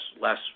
less